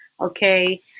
Okay